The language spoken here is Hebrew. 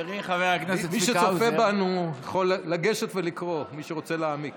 מי שצופה בנו יכול לגשת ולקרוא, מי שרוצה להעמיק.